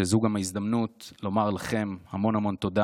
שזו גם ההזדמנות לומר לכם המון המון תודה